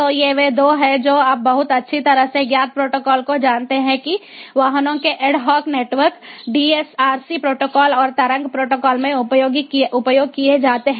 तो ये वे 2 हैं जो आप बहुत अच्छी तरह से ज्ञात प्रोटोकॉल को जानते हैं जो कि वाहनों के ad hoc network DSRC protocol और तरंग प्रोटोकॉल में उपयोग किए जाते हैं